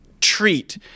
treat